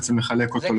בעצם לחלק אותו לגופים.